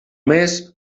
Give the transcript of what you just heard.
més